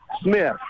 Smith